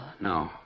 No